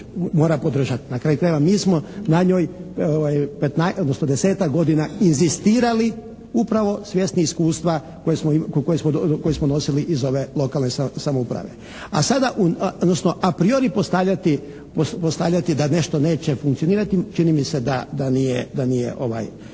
mora podržati. Na kraju krajeva mi smo na njoj 15-ak, odnosno 10-ak godina inzistirali upravo svjesni iskustva koje smo nosili iz ove lokalne samouprave. A sada, odnosno, a priori postavljati da nešto neće funkcionirati čini mi se da nije korektno